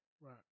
Right